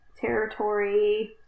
territory